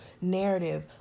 narrative